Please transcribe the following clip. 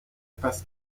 parce